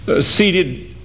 seated